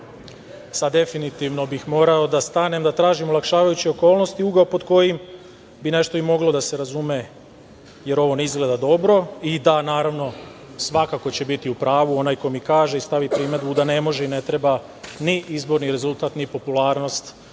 bih definitivno morao da stanem da tražim olakšavajuću okolnost i ugao pod kojim bi nešto i moglo da se razume, jer ovo ne izgleda dobro i naravno svakako će biti u pravu onaj ko mi kaže i stavi primedbu da ne može i ne treba ni izborni rezultat ni popularnost